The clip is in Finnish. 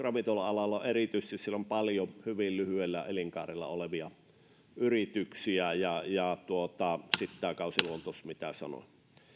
ravintola alalla erityisesti on paljon hyvin lyhyellä elinkaarella olevia yrityksiä ja ja sitten on tämä kausiluontoisuus mistä sanoin